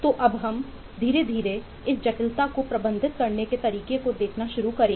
तो अब हम धीरे धीरे इस जटिलता को प्रबंधित करने के तरीके को देखना शुरू करें